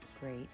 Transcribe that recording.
great